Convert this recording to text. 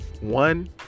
one